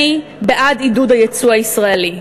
אני בעד עידוד היצוא הישראלי,